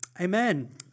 Amen